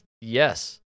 Yes